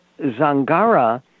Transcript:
Zangara